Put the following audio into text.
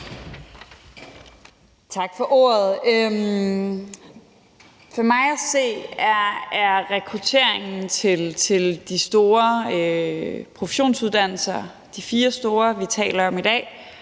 Tak for ordet. For mig at se er rekrutteringen til de fire store professionsuddannelser, som vi i hvert fald